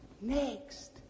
next